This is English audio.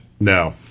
No